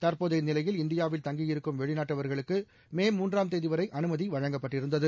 தற்போதைய நிலையில் இந்தியாவில் தங்கியிருக்கும் வெளிநாட்டவர்களுக்கு மே மூன்றாம் தேதி வரை அனுமதி வழங்கப்பட்டிருந்தது